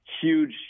Huge